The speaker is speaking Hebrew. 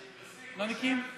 כפיים.